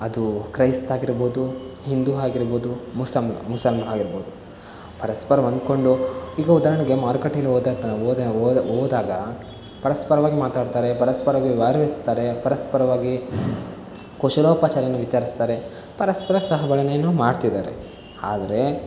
ಅದು ಕ್ರೈಸ್ತ ಆಗಿರ್ಬೋದು ಹಿಂದೂ ಆಗಿರ್ಬೋದು ಮುಸಮ್ ಮುಸಲ್ಮ ಆಗಿರ್ಬೋದು ಪರಸ್ಪರ ಹೊಂದಿಕೊಂಡು ಈಗ ಉದಾಹರಣೆಗೆ ಮಾರುಕಟ್ಟೆಯಲ್ಲಿ ಹೋದಂಥ ಹೋದ ಹೋದ ಹೋದಾಗ ಪರಸ್ಪರವಾಗಿ ಮಾತಾಡ್ತಾರೆ ಪರಸ್ಪರವಾಗಿ ವಾದವಿಸ್ತಾರೆ ಪರಸ್ಪರವಾಗಿ ಕುಶಲೋಪರಿಯನ್ನು ವಿಚಾರಿಸ್ತಾರೆ ಪರಸ್ಪರ ಸಹಬಾಳ್ವೆಯನ್ನೇನೋ ಮಾಡ್ತಿದ್ದಾರೆ ಆದರೆ